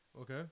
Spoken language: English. Okay